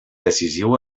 decisiu